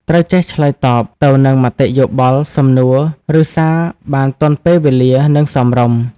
ត្រូវចេះឆ្លើយតបទៅនឹងមតិយោបល់ សំណួរ ឬសារបានទាន់ពេលវេលា និងសមរម្យ។